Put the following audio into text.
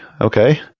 Okay